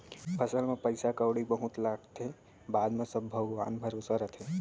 फसल म पइसा कउड़ी बहुत लागथे, बाद म सब भगवान भरोसा रथे